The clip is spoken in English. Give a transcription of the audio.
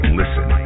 listen